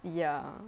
yeah